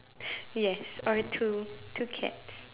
yes or two two cats